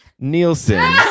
nielsen